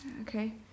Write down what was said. Okay